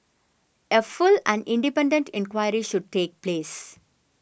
a full and independent inquiry should take place